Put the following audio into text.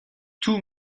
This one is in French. tout